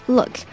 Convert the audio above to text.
Look